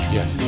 Yes